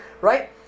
right